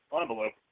envelope